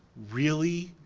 really?